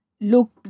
look